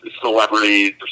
celebrities